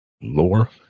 lore